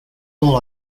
all